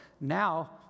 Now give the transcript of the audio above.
Now